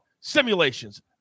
Simulations